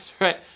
right